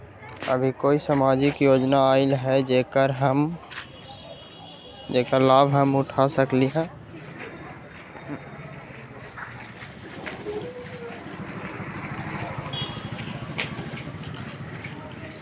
अभी कोई सामाजिक योजना आयल है जेकर लाभ हम उठा सकली ह?